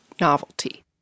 novelty